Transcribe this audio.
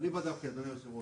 אני בדקתי, אדוני היושב-ראש.